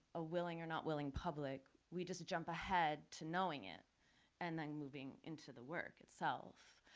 a willing or not willing public. we just jump ahead to knowing it and then, moving into the work itself.